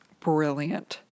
brilliant